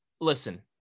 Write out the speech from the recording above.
listen